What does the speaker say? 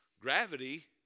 Gravity